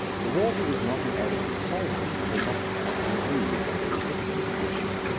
the water is not an adequate solvent, and enough cannot be used under existing conditions.